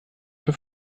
für